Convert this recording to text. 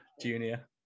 Junior